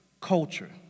culture